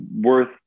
worth